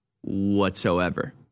whatsoever